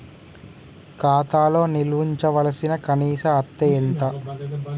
ఖాతా లో నిల్వుంచవలసిన కనీస అత్తే ఎంత?